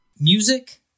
Music